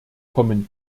kommen